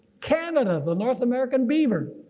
canada, the north american beaver.